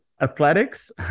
Athletics